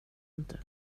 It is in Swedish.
inte